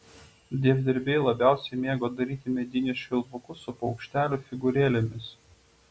dievdirbiai labiausiai mėgo daryti medinius švilpukus su paukštelių figūrėlėmis